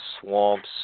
swamps